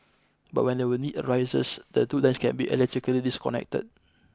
but when the we need arises the two lines can be electrically disconnected